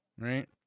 Right